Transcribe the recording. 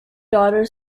daughter